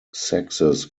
sexes